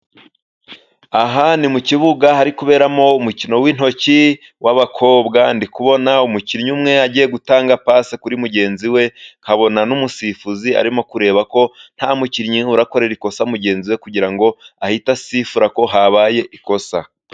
Aha ni mu kibuga hari kuberamo umukino w'intoki, w'abakobwa, ndi kubona umukinnyi umwe yagiye gutanga pase, kuri mugenzi we, nkabona n'umusifuzi arimo kureba ko nta mukinnyi urakorera ikosa mugenzi we, kugira ngo ahite asifura ko habaye ikosa.